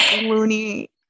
loony